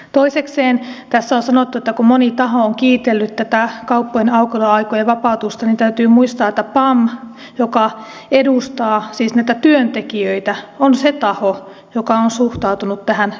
toisekseen kun tässä on sanottu että moni taho on kiitellyt tätä kauppojen aukioloaikojen vapautusta niin täytyy muistaa että pam joka edustaa siis näitä työntekijöitä on se taho joka on suhtautunut tähän kriittisesti